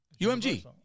UMG